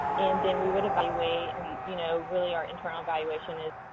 and then we would evaluate. and, you know, really, our internal evaluation is,